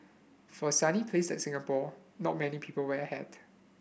for a sunny place like Singapore not many people wear a hat